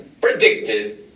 predicted